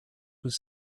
was